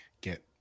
get